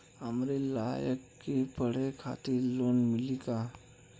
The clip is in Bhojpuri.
हमरे लयिका के पढ़े खातिर लोन मिलि का?